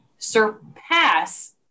surpass